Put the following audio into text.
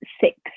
six